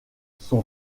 son